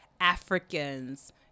Africans